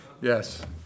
Yes